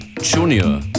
Junior